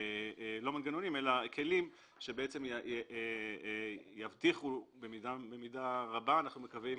מספר כלים שיבטיחו במידה רבה, אנחנו מקווים,